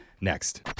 Next